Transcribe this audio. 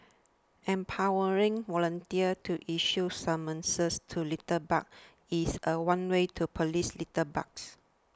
empowering volunteers to issue summonses to litterbugs is a one way to police litterbugs